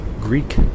Greek